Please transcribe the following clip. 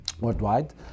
worldwide